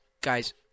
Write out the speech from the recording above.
guys